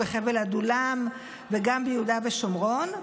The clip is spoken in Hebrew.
בחבל עדולם וגם ביהודה ושומרון,